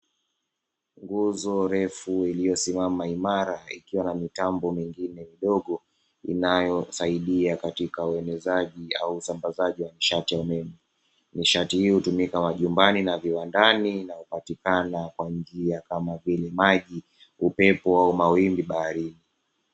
Nguzo refu iliyosimama imara ikiwa na mitambo mingine midogo inayosaidia katika uenezaji au usambazaji wa nishati ya umeme, nishati hiyo hutumika majumbani na viwandani na hupatikana kwa njia kama maji, upepo au mawimbi baharini.